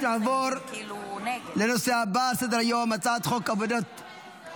אני קובע כי גם הצעת חוק ביטוח בריאות ממלכתי (תיקון,